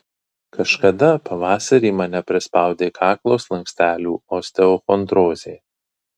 kažkada pavasarį mane prispaudė kaklo slankstelių osteochondrozė